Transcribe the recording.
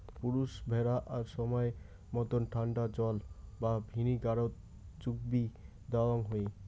পুরুষ ভ্যাড়া সমায় মতন ঠান্ডা জল বা ভিনিগারত চুগবি দ্যাওয়ং হই